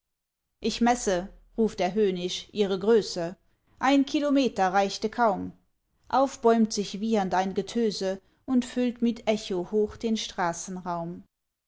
ich messe ruft er höhnisch ihre größe ein kilometer reichte kaum aufbäumt sich wiehernd ein getöse und füllt mit echo hoch den